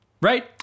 Right